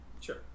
Sure